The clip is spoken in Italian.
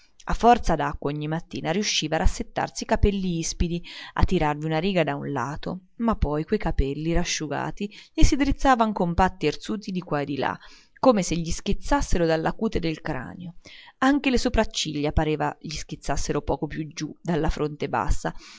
a forza d'acqua ogni mattina riusciva a rassettarsi i capelli ispidi a tirarvi una riga da un lato ma poi quei capelli rasciugati gli si drizzavan compatti e irsuti di qua e di là come se gli schizzassero dalla cute del cranio anche le sopracciglia pareva gli schizzassero poco più giù dalla fronte bassa